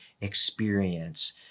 experience